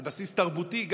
על בסיס תרבותי,